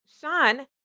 Sean